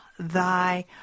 thy